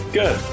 good